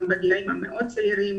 ובגילאים מאוד צעירים,